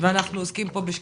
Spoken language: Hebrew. ואנחנו עוסקים פה בשקיפות,